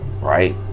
right